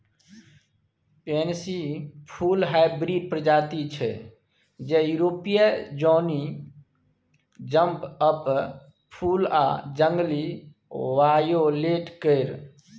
pansy फुल hybrid प्रजाति छै जे युरोपीय जौनी जंप अप फुल आ जंगली वायोलेट केर